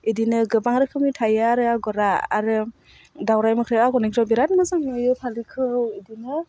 इदिनो गोबां रोखोमनि थायो आरो आगरा आरो दाउराइ मोख्रेब आगरनिखौ बिराद मोजां नुयो फालिखौ इदिनो